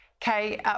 Kay